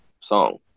song